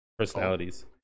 personalities